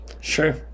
Sure